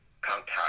contact